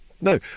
No